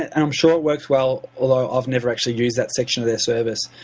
and i'm sure it works well, although i've never actually used that section of their service.